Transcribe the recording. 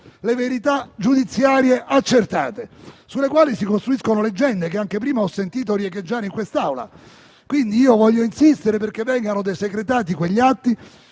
le verità giudiziarie accertate, sulle quali si costruiscono leggende che anche prima ho sentito riecheggiare in quest'Aula. Insisto affinché vengano desecretati quegli atti